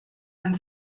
and